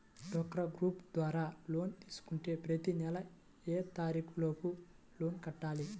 డ్వాక్రా గ్రూప్ ద్వారా లోన్ తీసుకుంటే ప్రతి నెల ఏ తారీకు లోపు లోన్ కట్టాలి?